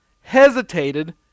hesitated